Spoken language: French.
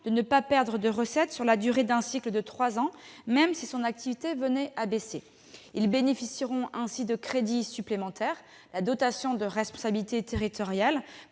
de ne pas perdre de recettes sur la durée d'un cycle de trois ans, même si son activité venait à baisser. Ces hôpitaux bénéficieront aussi de crédits supplémentaires : la dotation de responsabilité territoriale